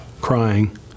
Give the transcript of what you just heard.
crying